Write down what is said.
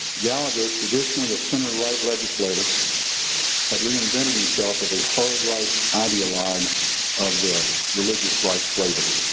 gallagher, traditionally a center-right legislator had reinvented himself as a hard right ideologue of the religious right flavor.